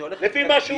לפי מה שהוא